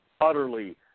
utterly